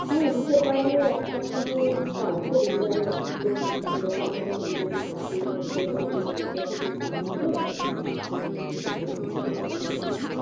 হ্যাঁ দিতে পারব এক সপ্তাহ টাইম তো লেগে যাবে এখন তো দোকানে বেশ চাপের মধ্যেই আছি ধনতেরাসের সিজন তো চাপের মধ্যেই আছি এখন